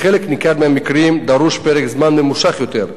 בחלק ניכר מהמקרים דרוש פרק זמן ממושך יותר,